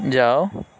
جاؤ